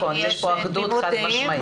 יש פה אחדות חד משמעית.